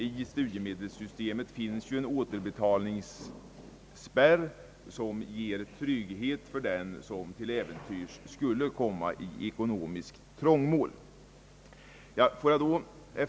I studiemedelssystemet finns ju också en återbetalningsspärr, som ger trygghet åt den som till äventyrs skulle komma i ekonomiskt trångmål.